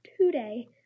today